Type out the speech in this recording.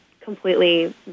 completely